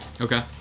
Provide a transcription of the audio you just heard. Okay